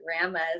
grandma's